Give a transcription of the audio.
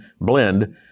blend